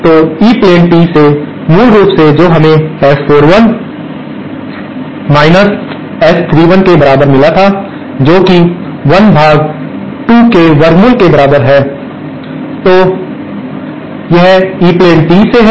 तो ई plane T से मूल रूप से जो हमें S41 S31 के बराबर मिला था जो की 1 भाग 2 के वर्गमूल के बराबर है तो यह ई प्लेन टी से है